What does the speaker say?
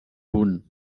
punt